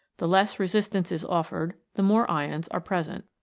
the less resistance is offered the more ions are present.